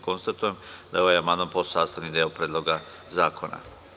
Konstatujem da je ovaj amandman postao sastavni deo Predloga zakona.